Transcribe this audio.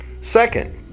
second